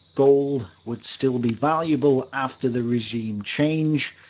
gold would still be valuable after the regime change.